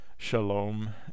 shalom